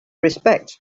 respect